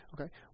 okay